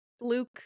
luke